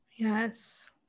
Yes